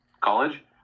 college